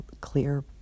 clear